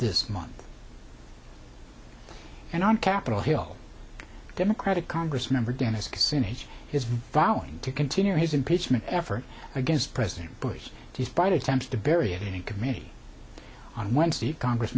this month and on capitol hill democratic congress member dennis kucinich is vowing to continue his impeachment effort against president bush despite attempts to bury it in committee on wednesday congress